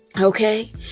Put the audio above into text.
Okay